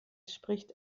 spricht